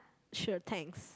sure thanks